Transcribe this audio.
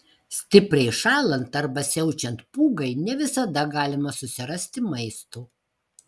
stipriai šąlant arba siaučiant pūgai ne visada galima susirasti maisto